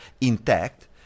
intact